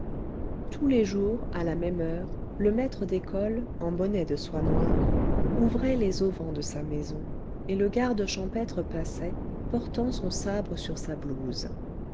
tous les jours à la même heure le maître d'école en bonnet de soie noire ouvrait les auvents de sa maison et le gardechampêtre passait portant son sabre sur sa blouse